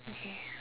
okay